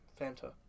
Fanta